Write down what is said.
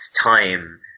time